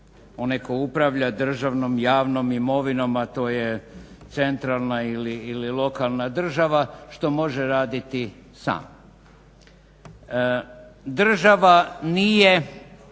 onaj tko upravlja državnom javnom imovinom, a to je centralna ili lokalna država što može raditi sam. Država nije